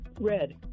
Red